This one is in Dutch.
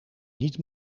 niet